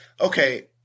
okay